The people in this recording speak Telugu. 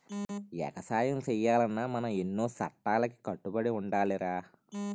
ఎగసాయం సెయ్యాలన్నా మనం ఎన్నో సట్టాలకి కట్టుబడి ఉండాలిరా